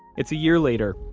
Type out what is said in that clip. it's a year later,